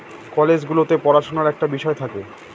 college গুলোতে পড়াশুনার একটা বিষয় থাকে